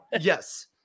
Yes